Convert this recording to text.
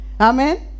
Amen